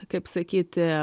kaip sakyti